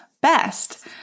best